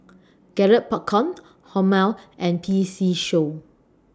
Garrett Popcorn Hormel and P C Show